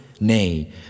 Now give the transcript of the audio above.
Nay